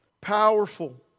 powerful